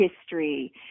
history